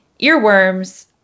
earworms